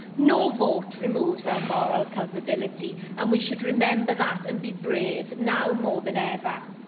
no vote removes our moral culpability, and we should remember that and be brave now more than ever.